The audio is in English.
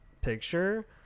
picture